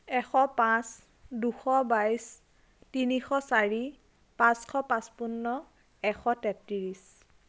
এশ পাঁচ দুশ বাইছ তিনিশ চাৰি পাঁচশ পাচপন্ন এশ তেত্ৰিছ